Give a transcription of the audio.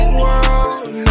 world